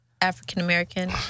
african-american